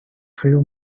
few